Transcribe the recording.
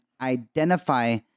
identify